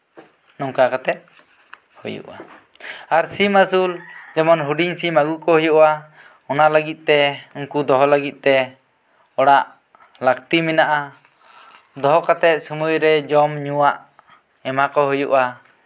ᱚᱱᱠᱟ ᱠᱟᱛᱮᱫ ᱦᱩᱭᱩᱜᱼᱟ ᱟᱨ ᱥᱤᱢ ᱟᱥᱩᱞ ᱡᱮᱢᱚᱱ ᱦᱩᱰᱤᱧ ᱟᱜᱩ ᱠᱚ ᱦᱩᱭᱩᱜᱼᱟ ᱚᱱᱟ ᱞᱟᱹᱜᱤᱫ ᱛᱮ ᱩᱱᱠᱩ ᱫᱚᱦᱚ ᱞᱟᱹᱜᱤᱫ ᱛᱮ ᱚᱲᱟᱜ ᱞᱟᱹᱠᱛᱤ ᱢᱮᱱᱟᱜᱼᱟ ᱫᱚᱦᱚ ᱠᱟᱛᱮᱫ ᱥᱚᱢᱚᱭ ᱨᱮ ᱡᱚᱢᱼᱧᱩᱣᱟᱜ ᱮᱢᱟ ᱠᱚ ᱦᱩᱭᱩᱜᱼᱟ